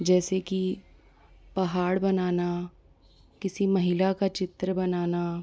जैसे कि पहाड़ बनाना किसी महिला का चित्र बनाना